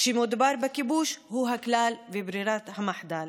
כשמדובר בכיבוש הוא הכלל וברירת המחדל.